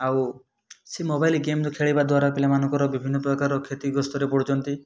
ଆଉ ସେ mobile game ଖେଳିବା ଦ୍ଵାରା ପିଲାମାନଙ୍କର ବିଭିନ୍ନ ପ୍ରକାର କ୍ଷେତି ଗ୍ରସ୍ତରେ ପଡ଼ୁଛନ୍ତି